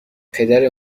پدر